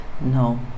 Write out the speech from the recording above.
No